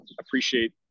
appreciate